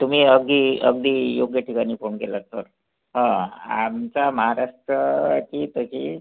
तुम्ही अगदी अगदी योग्य ठिकाणी फोन केलात सर हो आमचा महाराष्ट्राशी तशी